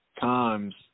times